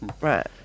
Right